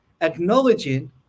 acknowledging